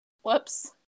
Whoops